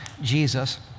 Jesus